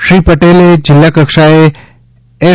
શ્રી પટેલે જિલ્લા કક્ષાએ એસ